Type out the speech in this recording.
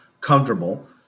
comfortable